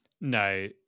No